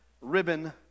Ribbon